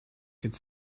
could